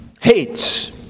hates